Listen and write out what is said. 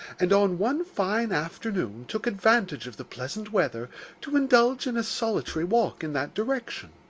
and, on one fine afternoon, took advantage of the pleasant weather to indulge in a solitary walk in that direction.